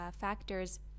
factors